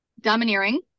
domineering